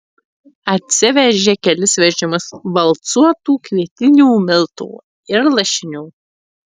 atsivežė kelis vežimus valcuotų kvietinių miltų ir lašinių